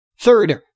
Third